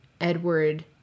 Edward